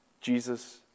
Jesus